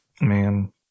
man